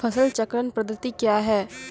फसल चक्रण पद्धति क्या हैं?